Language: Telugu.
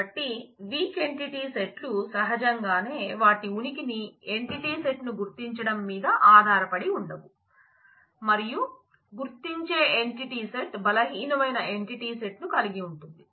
కాబట్టి వీక్ ఎంటిటీ సెట్లు సహజంగానే వాటి ఉనికిని ఎంటిటీ సెట్ను గుర్తించడం మీద ఆధారపడి ఉండవు మరియు గుర్తించే ఎంటిటీ సెట్ బలహీనమైన ఎంటిటీ సెట్ను కలిగి ఉంటుంది